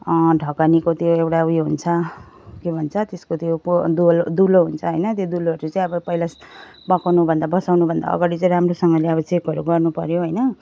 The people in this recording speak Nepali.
ढकनीको त्यो एउटा उयो हुन्छ के भन्छ त्यसको त्यो पो डोल दुलो हुन्छ होइन त्यो दुलोहरू चाहिँ अब पहिला पकाउनुभन्दा बसाउनुभन्दा अगाडि चाहिँ राम्रोसँगले अब चेकहरू गर्नुपऱ्यो होइन